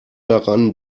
daran